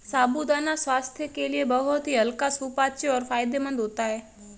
साबूदाना स्वास्थ्य के लिए बहुत ही हल्का सुपाच्य और फायदेमंद होता है